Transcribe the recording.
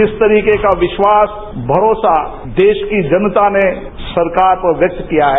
जिस तरीके का विश्वासभरोसा देश की जनता ने सरकार पर व्यक्त किया है